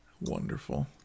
Wonderful